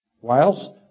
Whilst